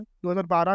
2012